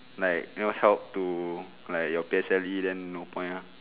like you know help to like your P_S_L_E then no point lah